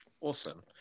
awesome